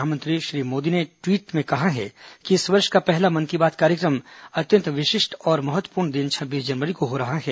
प्रधानमंत्री मोदी ने एक ट्वीट में कहा कि इस वर्ष का पहला मन की बात कार्यक्रम अत्यंत विशिष्ट और महत्वपूर्ण दिन छब्बीस जनवरी को हो रहा है